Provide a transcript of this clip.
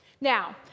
Now